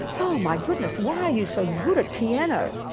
oh my goodness, why are you so good at piano?